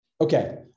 Okay